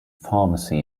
pharmacy